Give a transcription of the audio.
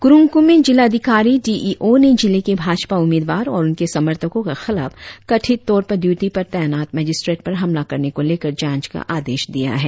कुरुंग कुमे जिला अधिकारी D E O ने जिले के भाजपा उम्मीदवार और उनके समर्थको के खिलाफ कथित तौर पर ड्यूटी पर तैनात मजिस्ट्रेट पर हमला करने को लेकर जांच का आदेश दिया है